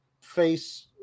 face